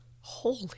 holy